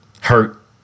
hurt